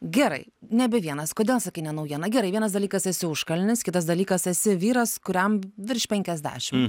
gerai nebe vienas kodėl sakai ne naujiena gerai vienas dalykas esi užkalnis kitas dalykas esi vyras kuriam virš penkiasdešim